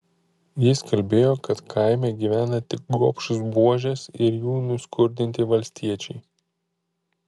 jis kalbėjo kad kaime gyvena tik gobšūs buožės ir jų nuskurdinti valstiečiai